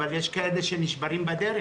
אבל יש מי שנשברים בדרך,